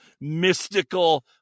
mystical